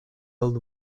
old